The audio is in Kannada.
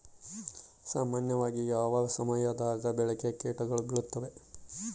ಸಾಮಾನ್ಯವಾಗಿ ಯಾವ ಸಮಯದಾಗ ಬೆಳೆಗೆ ಕೇಟಗಳು ಬೇಳುತ್ತವೆ?